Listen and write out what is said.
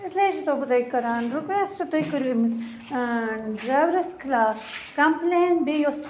اِسلیے چھِسو بہٕ تۄہہِ کَران رُکوٮ۪سٹ تُہۍ کٔرِو أمِس ڈریورَس خِلاف کمپٕلین بیٚیہِ یۄس